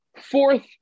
Fourth